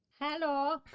Hello